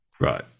right